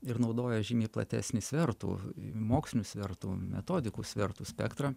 ir naudoja žymiai platesnį svertų mokslinių svertų metodikų svertų spektrą